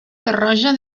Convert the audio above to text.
torroja